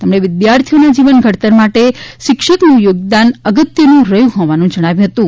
તેમણે વિદ્યાર્થીના જીવન ઘડતર માટે શિક્ષકનું યોગદાન અગત્યનું રહ્યું હોવાનું પણ જણાવ્યું હતું